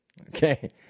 Okay